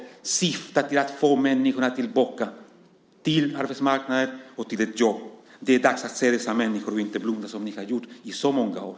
Den syftar till att få människorna tillbaka till arbetsmarknaden och till ett jobb. Det är dags att se dessa människor och inte blunda som ni har gjort i så många år.